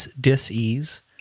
dis-ease